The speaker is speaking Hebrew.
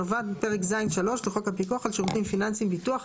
הנובעת מפרק ז'3 לחוק הפיקוח על שירותים פיננסיים (ביטוח),